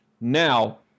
Now